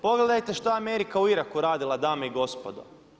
Pogledajte šta je Amerika u Iraku radila dame i gospodo.